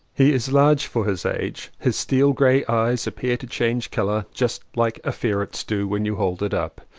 he is large for his age. his steel grey eyes appear to change colour just like a ferret's do when you hold it up.